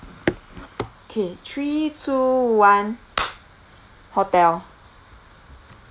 K three two one hotel